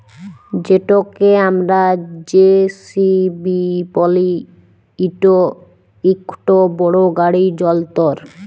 যেটকে আমরা জে.সি.বি ব্যলি ইট ইকট বড় গাড়ি যল্তর